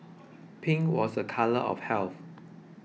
pink was a colour of health